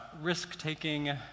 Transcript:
risk-taking